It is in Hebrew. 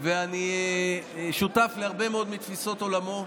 ואני שותף להרבה מאוד מתפיסות עולמו.